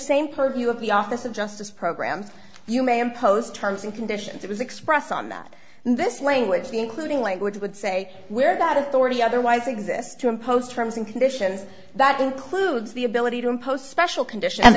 same purview of the office of justice programs you may impose terms and conditions it was expressed on that this language including language would say where that authority otherwise exists to impose terms and conditions that includes the ability to impose special conditions and